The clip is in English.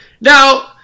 Now